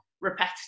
repetitive